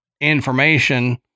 information